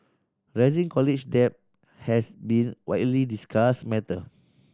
rising college debt has been widely discussed matter